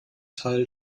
teil